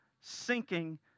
sinking